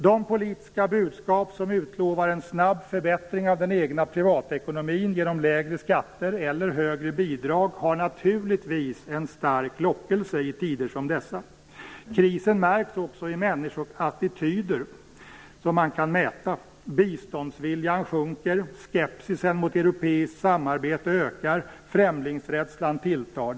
De politiska budskap som utlovar en snabb förbättring av den egna privatekonomin genom lägre skatter eller högre bidrag har naturligtvis en stark lockelse i tider som dessa. Krisen märks också på människors attityder; det kan man mäta. Biståndsviljan sjunker. Skepsisen mot europeiskt samarbete ökar. Främlingsrädslan tilltar.